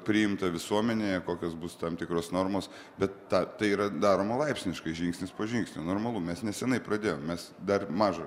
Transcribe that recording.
priimta visuomenėje kokios bus tam tikros normos bet ta tai yra daroma laipsniškai žingsnis po žingsnio normalu mes neseniai pradėjom mes dar maža